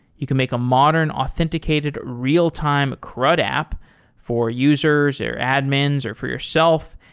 you can make a modern authenticated real-time crud app for users, their admins or for yourself.